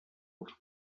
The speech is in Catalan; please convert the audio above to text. els